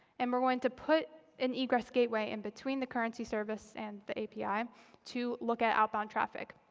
and we're going to put an egress gateway in between the currency service and the api to look at outbound traffic.